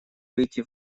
выйти